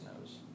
knows